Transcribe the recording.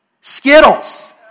Skittles